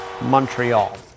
Montreal